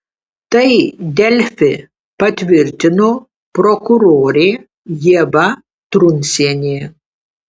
tai delfi patvirtino prokurorė ieva truncienė